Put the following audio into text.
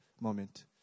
moment